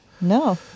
No